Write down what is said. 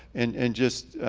and and just